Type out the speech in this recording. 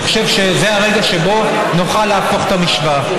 אני חושב שזה הרגע שבו נוכל להפוך את המשוואה.